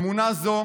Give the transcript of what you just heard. אמונה זו